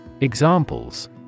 Examples